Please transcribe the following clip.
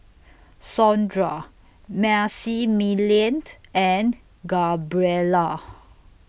Saundra Maximillian and Gabriela